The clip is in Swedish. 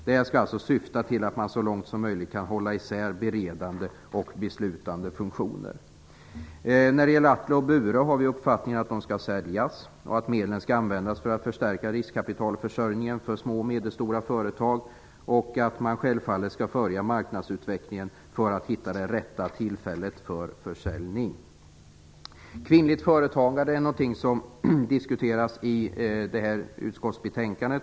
Detta skall syfta till att man så långt som möjligt kan hålla isär beredande och beslutande funktioner. När det gäller Atle och Bure har vi uppfattningen att de skall säljas och att medlen skall användas för att förstärka riskkapitalförsörjningen för små och medelstora företag och att man självfallet skall följa marknadsutvecklingen för att hitta det rätta tillfället för försäljning. Kvinnligt företagande är något som diskuteras i detta utskottsbetänkande.